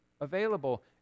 available